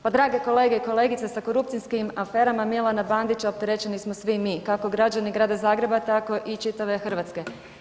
Pa drage kolege i kolegice sa korupcijskim aferama Milana Bandića opterećeni smo svi mi, kako građani Grada Zagreba tako i čitave Hrvatske.